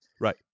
right